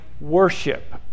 worship